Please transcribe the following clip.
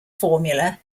formula